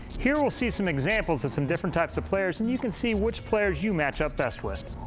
here we'll see some examples of some different types of players, and you can see which players you match up best with.